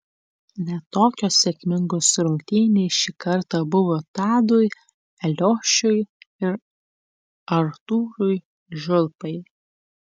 ne tokios sėkmingos rungtynės šį kartą buvo tadui eliošiui ir artūrui žulpai